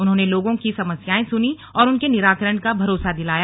उन्होंने लोगों की समस्याएं सुनी और उनके निराकरण का भरोसा दिलाया